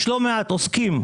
יש לא מעט עוסקים,